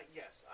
yes